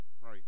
right